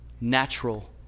natural